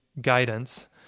guidance